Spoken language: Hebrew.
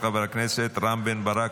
של חבר הכנסת רם בן ברק.